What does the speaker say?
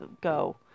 go